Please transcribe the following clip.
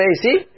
see